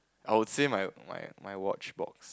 I would say my my my watch box